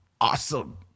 Awesome